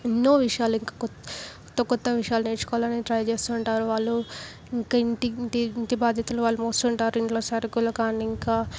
ఎన్నో విషయాలు ఇంక కొ కొత్త కొత్త విషయాలు నేర్చుకోవాలని ట్రై చేస్తుంటారు వాళ్ళు ఇంకా ఇంటి ఇంటి ఇంటి బాధ్యతలు వాళ్ళు మోస్తుంటారు ఇంట్లో సరుకులు కానీ ఇంకా